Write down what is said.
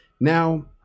Now